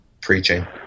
preaching